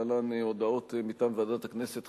להלן הודעות מטעם ועדת הכנסת,